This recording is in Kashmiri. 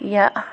یا